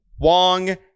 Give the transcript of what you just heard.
Wong